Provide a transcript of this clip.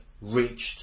reached